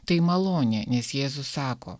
tai malonė nes jėzus sako